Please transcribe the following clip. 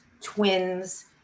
twins